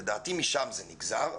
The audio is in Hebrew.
לדעתי משם זה נגזר,